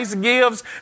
gives